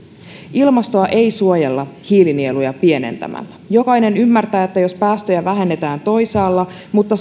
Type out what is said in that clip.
ilmastoa ei suojella hiilinieluja pienentämällä jokainen ymmärtää että jos päästöjä vähennetään toisaalla mutta